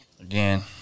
again